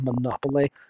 Monopoly